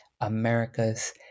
America's